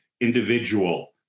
individual